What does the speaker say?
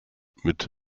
mit